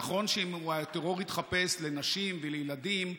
נכון שהטרור התחפש לנשים ולילדים,